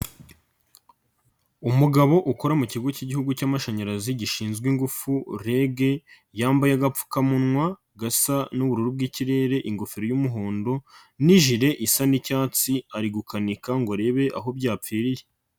Umugabo ukora mu kigo cyiigihugu cy'mashanyarazi gishinzwe ingufu REG, yambaye agapfukamunwa gasa n'ubururu bw'ikirere, ingofero y'umuhondo n'ijire isa n'icyatsi, ari gukanika ngo arebe aho byapfiriye.